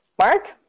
Mark